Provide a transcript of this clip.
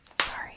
sorry